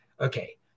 Okay